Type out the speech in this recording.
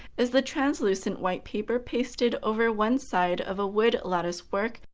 is the translucent white paper pasted over one side of a wood latticework,